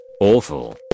awful